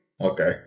Okay